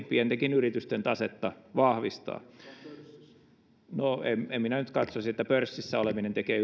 pientenkin yritysten tasetta vahvistaa no en en minä nyt katsoisi että pörssissä oleminen tekee